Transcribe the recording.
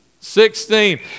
Sixteen